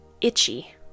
itchy